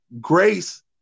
grace